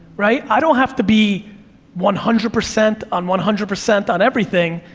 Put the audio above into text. right, i don't have to be one hundred percent on one hundred percent on everything,